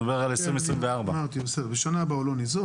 הוא מדבר על 2024. בשנה הבאה הוא לא ניזוק.